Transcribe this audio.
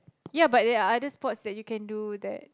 ya but there are other sports that you can do that